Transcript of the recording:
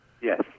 Yes